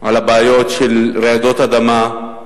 על הבעיות של רעידות אדמה,